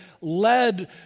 led